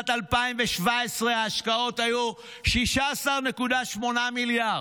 בשנת 2017 ההשקעות היו 16.8 מיליארד.